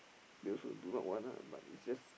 they also do not want ah but it's just